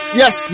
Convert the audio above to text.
yes